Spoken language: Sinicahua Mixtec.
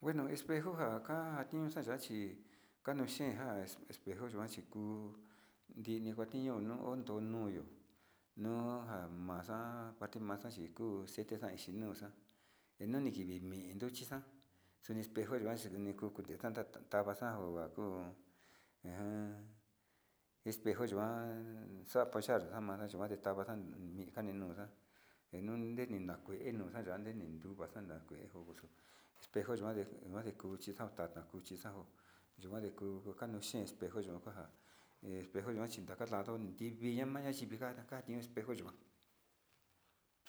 Bueno espejo nja njani ñoxan xachi kanoxhijan espejo yuanchi kuu ndini kuan ndiyo ho nonduyo nuu njamaxa kuati maxanjiku xete njainuxa inujinimi njinuxa xuni espejo yuan xhite njuni kute tetanda njavaxa honja kuu an espejo yikuan xuapanxa njamanate espejo yuxuan enun ina kue taxayande nduna xanakue xoyoxo espejo yikuande yikuande kuu yutata kuxao yukuani kuu espejo yuu kuan espejo ndakantando nrivi yama nayivi nja'a njaka tin espejo yikuan.